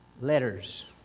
letters